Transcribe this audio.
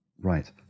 Right